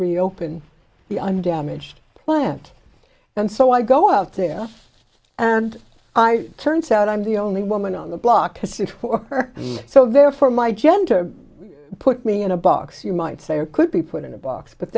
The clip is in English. reopen the undamaged plant and so i go out there and i turns out i'm the only woman on the block pursuit for her so therefore my gender put me in a box you might say or could be put in a box but